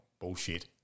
Bullshit